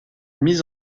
mis